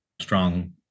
strong